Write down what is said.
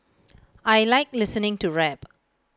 I Like listening to rap